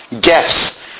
gifts